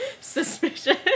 suspicious